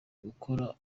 gukora